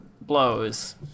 blows